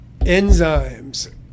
enzymes